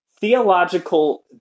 theological